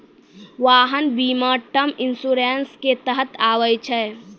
वाहन बीमा term insurance के तहत आबै छै